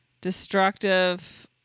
destructive